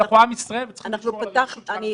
אנחנו עם ישראל וצריך לשמור על עם ישראל.